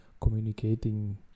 communicating